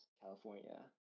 California